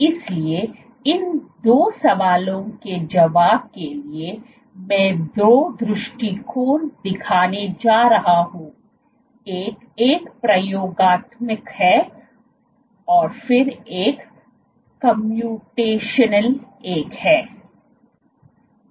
इसलिए इन दो सवालों के जवाब के लिए मैं दो दृष्टिकोण दिखाने जा रहा हूं एक एक प्रयोगात्मक है और फिर एक कम्प्यूटेशनल एक है